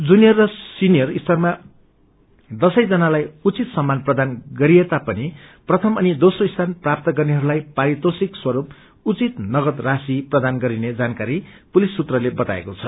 junior र senior स्तरमा दश्रै जनालाई उचित सम्मान प्रदान गरिएता पनि प्रथम अनि दोम्रो स्यान प्राप्त गर्नेहरूलाई पारितोषिक स्वरूप उचित नगद राशी प्रदान गरिने जानकारी पुलिस सूत्रते बताएको छ